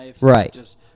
Right